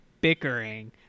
bickering